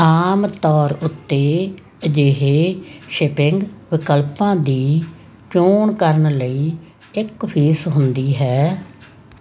ਆਮ ਤੌਰ ਉੱਤੇ ਅਜਿਹੇ ਸ਼ਿਪਿੰਗ ਵਿਕਲਪਾਂ ਦੀ ਚੋਣ ਕਰਨ ਲਈ ਇੱਕ ਫੀਸ ਹੁੰਦੀ ਹੈ